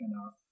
enough